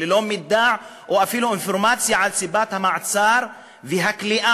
ללא מידע או אפילו אינפורמציה על סיבת המעצר והכליאה,